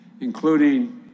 including